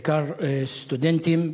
בעיקר סטודנטים,